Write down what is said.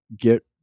get